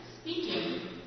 speaking